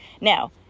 now